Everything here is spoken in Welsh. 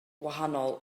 gwahanol